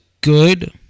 good